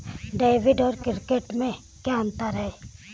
Debit और credit में क्या अंतर है?